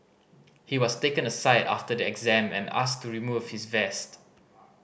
he was taken aside after the exam and asked to remove his vest